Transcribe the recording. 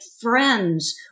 friends